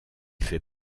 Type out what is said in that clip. fait